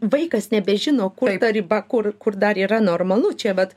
vaikas nebežino kur ta riba kur kur dar yra normalu čia vat